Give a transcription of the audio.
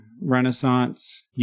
Renaissance